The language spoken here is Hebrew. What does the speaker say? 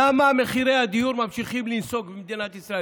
למה מחירי הדיון ממשיכים לנסוק במדינת ישראל,